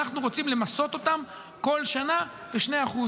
אנחנו רוצים למסות אותם בכל שנה ב-2%.